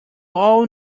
all